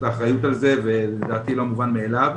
האחריות על זה וזה לדעתי לא מובן מאליו.